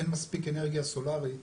אין מספיק אנרגיה סולארית